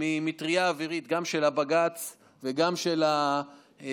ממטרייה אווירית, גם של הבג"ץ וגם של התקשורת,